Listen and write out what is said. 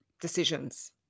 decisions